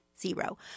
zero